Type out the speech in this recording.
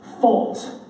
fault